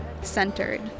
centered